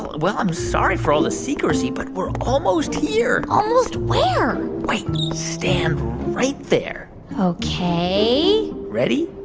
well, i'm sorry for all the secrecy, but we're almost here almost where? wait stand right there ok ready?